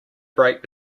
break